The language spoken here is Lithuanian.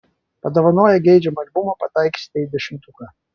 padovanoję geidžiamą albumą pataikysite į dešimtuką